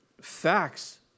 facts